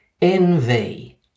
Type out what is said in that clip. N-V